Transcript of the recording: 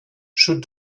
should